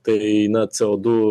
tai na c o du